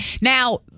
Now